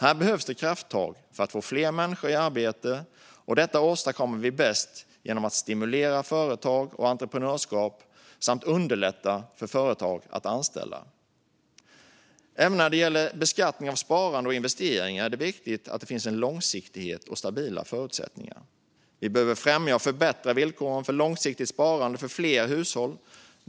Här behövs det krafttag för att få fler människor i arbete, och detta åstadkommer vi bäst genom att stimulera företag och entreprenörskap samt underlätta för företag att anställa. Även när det gäller beskattning av sparande och investeringar är det viktigt att det finns en långsiktighet och stabila förutsättningar. Vi behöver främja och förbättra villkoren för långsiktigt sparande för fler hushåll.